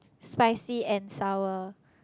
spicy and sour